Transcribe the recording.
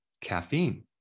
caffeine